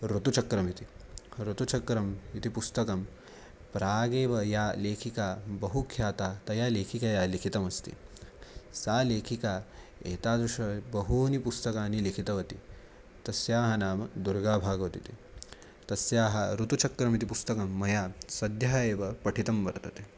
ऋतुचक्रम् इति ऋतुचक्रम् इति पुस्तकं प्रागेव या लेखिका बहुख्याता तया लेखिकया लिखितमस्ति सा लेखिका एतादृशबहूनि पुस्तकानि लिखितवती तस्याः नाम दुर्गाभागवत् इति तस्याः ऋतुचक्रम् इति पुस्तकं मया सद्यः एव पठितं वर्तते